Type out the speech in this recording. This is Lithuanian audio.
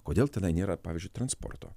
kodėl tenai nėra pavyzdžiui transporto